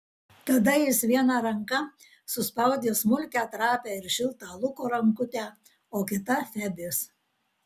tada jis viena ranka suspaudė smulkią trapią ir šiltą luko rankutę o kita febės